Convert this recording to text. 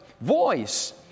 voice